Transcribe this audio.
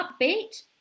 upbeat